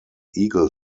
eagle